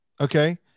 Okay